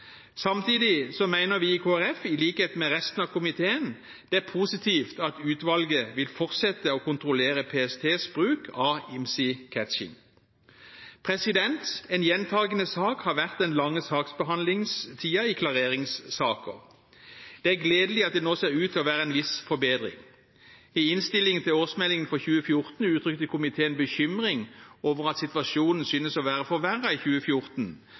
Samtidig mener vi i Kristelig Folkeparti, i likhet med resten av komiteen, at det er positivt at utvalget vil fortsette å kontrollere PSTs bruk av IMSI-catching. En gjentakende sak har vært den lange saksbehandlingstiden i klareringssaker. Det er gledelig at det nå ser ut til å være en viss forbedring. I innstillingen til årsmeldingen for 2014 uttrykte komiteen bekymring over at situasjonen synes å være forverret i 2014,